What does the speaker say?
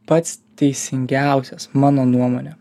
pats teisingiausias mano nuomone